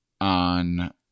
on